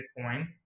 Bitcoin